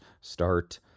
start